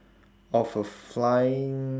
of a flying